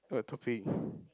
what topic